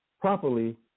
properly